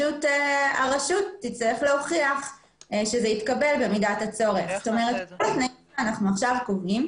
הרשות במידת הצורך תצטרך להוכיח שזה התקבל.